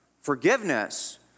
Forgiveness